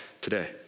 today